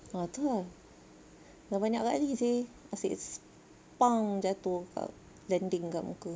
ah tu lah dah banyak kali seh asyik jatuh kat jatuh landing kat muka